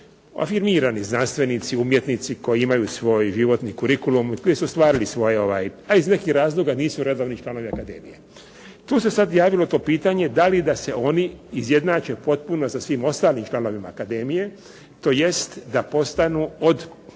afirmirani znanstvenici, umjetnici koji imaju svoj životni kurikulum i koji su ostvarili svoj, a iz nekih razloga nisu redovni članovi akademije. Tu se sad javilo i to pitanje da li da se oni izjednače potpuno sa svim ostalim članovima akademije, tj. da postanu od